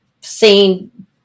seen